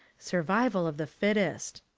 survival of the fittest.